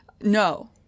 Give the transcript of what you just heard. no